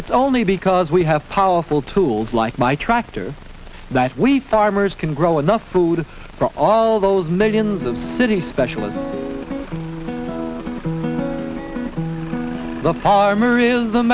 it's only because we have powerful tools like my tractor that we farmers can grow enough food for all those millions of city specialists the